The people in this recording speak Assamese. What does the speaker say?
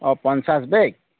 অঁ পঞ্চাছ বেগ